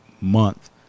month